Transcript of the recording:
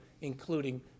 including